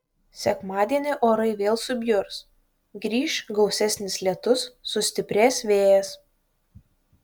sekmadienį orai vėl subjurs grįš gausesnis lietus sustiprės vėjas